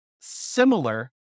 similar